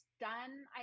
done